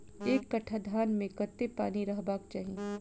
एक कट्ठा धान मे कत्ते पानि रहबाक चाहि?